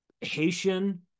Haitian